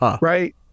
right